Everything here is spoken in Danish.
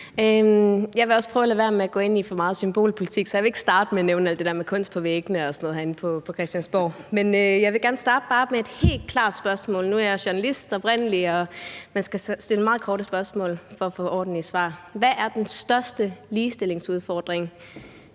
Jeg vil også prøve at lade være med at gå ind i for meget symbolpolitik, så jeg vil ikke starte med at nævne alt det der med kunst på væggene herinde på Christiansborg og sådan noget. Men jeg vil bare gerne starte med et helt klart spørgsmål. Nu er jeg oprindelig journalist, og jeg ved, at man skal stille meget korte spørgsmål for at få ordentlige svar. Hvad er den største ligestillingsudfordring